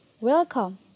welcome